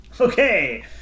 Okay